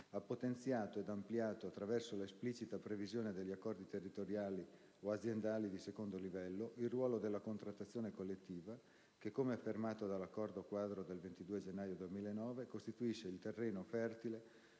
ha potenziato ed ampliato - attraverso la esplicita previsione degli accordi territoriali o aziendali di secondo livello - il ruolo della contrattazione collettiva che, come affermato dall'accordo quadro del 22 gennaio 2009, costituisce il terreno fertile